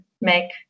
make